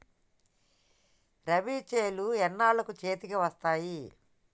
రబీ చేలు ఎన్నాళ్ళకు చేతికి వస్తాయి?